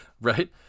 Right